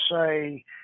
say